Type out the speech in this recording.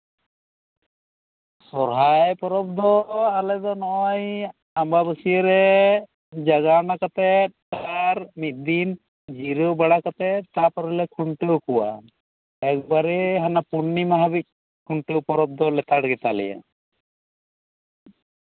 ᱥᱚᱦᱨᱟᱭ ᱯᱚᱨᱚᱵᱽ ᱫᱚ ᱟᱞᱮ ᱫᱚ ᱱᱚᱜ ᱚᱭ ᱟᱢᱵᱟᱵᱟᱹᱥᱭᱟᱹᱨᱮ ᱡᱟᱜᱟᱣᱱᱟ ᱠᱟᱛᱮᱫ ᱟᱨ ᱢᱤᱫ ᱫᱤᱱ ᱡᱤᱨᱟᱹᱣ ᱵᱟᱲᱟ ᱠᱟᱛᱮᱫ ᱛᱟᱨᱯᱚᱨᱮ ᱞᱮ ᱠᱷᱩᱱᱴᱟᱹᱣ ᱠᱚᱣᱟ ᱮᱠᱵᱟᱨᱮ ᱦᱟᱱᱮ ᱯᱩᱨᱱᱤᱢᱟ ᱦᱟᱹᱵᱤᱡ ᱠᱷᱩᱱᱴᱟᱹᱣ ᱯᱚᱨᱚᱵᱽ ᱫᱚ ᱞᱮᱛᱟᱲ ᱜᱮᱛᱟ ᱞᱮᱭᱟ